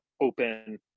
open